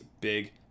Big